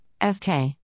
Fk